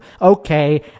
Okay